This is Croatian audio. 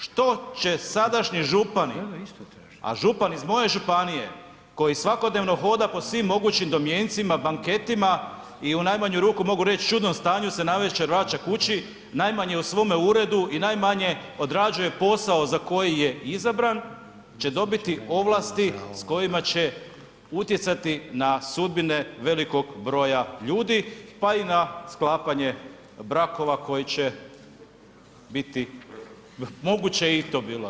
Što će sadašnji župani, a župan iz moje županije koji svakodnevno hoda po svim mogućim domjencima, banketima i u najmanju ruku mogu reć u čudnom stanju se navečer vraća kući, najmanje u svome uredu i najmanje odrađuje posao za koji je izabran će dobiti ovlasti s kojima će utjecati na sudbine velikog broja ljudi pa i na sklapanje brakova koji će biti moguće je i to bilo.